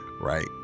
right